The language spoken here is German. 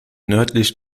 nördlich